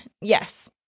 Yes